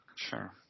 Sure